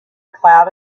cloud